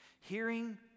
hearing